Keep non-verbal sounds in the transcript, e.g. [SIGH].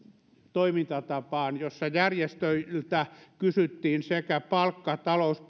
toimintatapaan jossa järjestöiltä kysyttiin sekä palkka talous [UNINTELLIGIBLE]